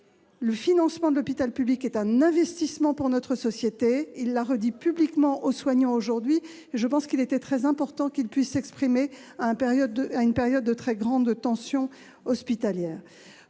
Il considère que l'hôpital public est un investissement pour notre société. Il l'a redit publiquement aux soignants aujourd'hui. Je pense qu'il était très important qu'il s'exprime en cette période de très grande tension hospitalière.